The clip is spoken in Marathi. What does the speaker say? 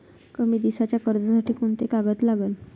कमी दिसाच्या कर्जासाठी कोंते कागद लागन?